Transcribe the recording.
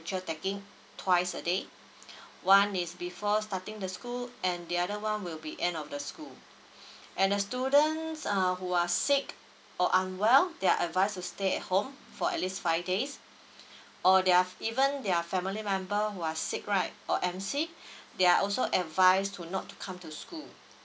temperature taking twice a day one is before starting the school and the other one will be end of the school and the students err who are sick or unwell they are advise to stay at home for at least five days or their even their family member who are sick right or M_C they're also advise to not to come to school